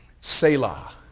selah